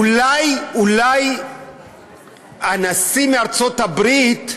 אולי, אולי הנשיא מארצות הברית,